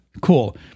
Cool